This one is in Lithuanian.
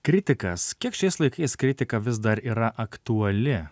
kritikas kiek šiais laikais kritika vis dar yra aktuali